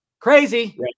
Crazy